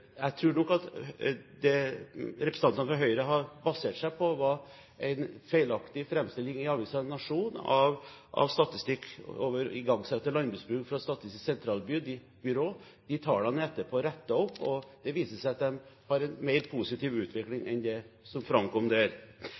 fra Høyre har basert seg på, var en feilaktig framstilling i avisen Nationen av statistikk over igangsatte landbruksbruk fra Statistisk sentralbyrå. De tallene er etterpå rettet opp, og det viser seg at de har en mer positiv utvikling enn det som framkom der.